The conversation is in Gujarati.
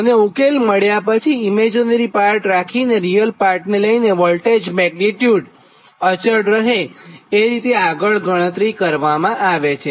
અને ઉકેલ મળ્યા પછીઇમેજીનરી પાર્ટ જાળવી રાખીને રીયલ પાર્ટ લઇને વોલ્ટેજ મેગ્નીટ્યુડ અચળ રહે એ રીતે આગળ ગણતરી કરવામાં આવે છે